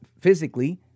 physically